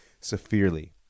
severely